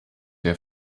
der